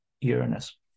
Uranus